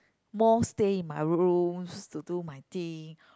more stay in my rooms to do my thing